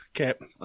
Okay